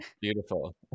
Beautiful